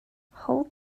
hold